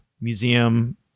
Museum